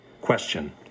Question